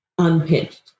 unpitched